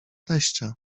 teścia